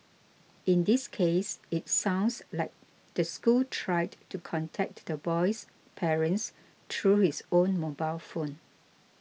in this case it sounds like the school tried to contact the boy's parents through his own mobile phone